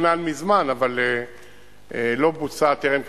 שתוכנן מזמן אבל לא בוצע טרם כניסתי.